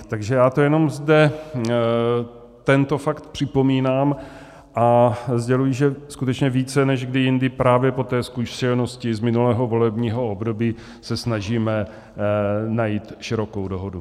Takže já jenom zde tento fakt připomínám a sděluji, že skutečně více než kdy jindy právě po zkušenosti z minulého volebního období se snažíme najít širokou dohodu.